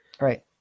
Right